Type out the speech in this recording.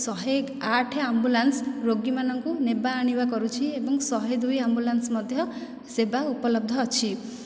ଶହେ ଆଠ ଆମ୍ବୁଲାନ୍ସ ରୋଗୀମାନଙ୍କୁ ନେବା ଆଣିବା କରୁଛି ଏବଂ ଶହେ ଦୁଇ ଆମ୍ବୁଲାନ୍ସ ମଧ୍ୟ ସେବା ଉପଲବ୍ଧ ଅଛି